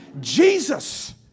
Jesus